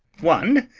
one,